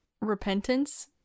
repentance